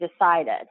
decided